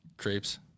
creeps